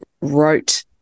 wrote